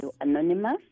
Anonymous